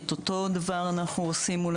אותו דבר אנחנו עושים מול